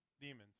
demons